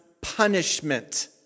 punishment